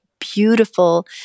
Beautiful